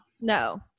No